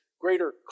greater